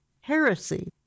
heresy